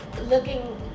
looking